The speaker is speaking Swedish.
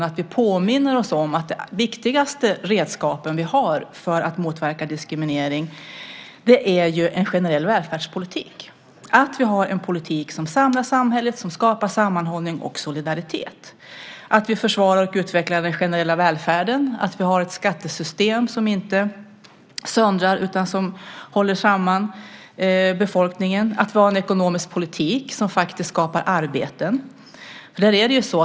Jag vill påminna om att de viktigaste redskap vi har för att motverka diskriminering är en generell välfärdspolitik, att vi har en politik som samlar samhället och som skapar sammanhållning och solidaritet, att vi försvarar och utvecklar den generella välfärden, att vi har ett skattesystem som inte söndrar utan håller samman befolkningen och att vi har en ekonomisk politik som skapar arbeten.